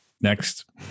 Next